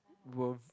worth